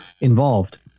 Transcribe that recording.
involved